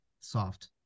Soft